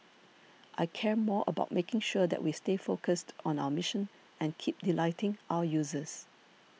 I care more about making sure that we stay focused on our mission and keep delighting our users